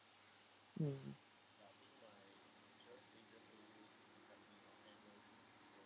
mm